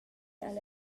alla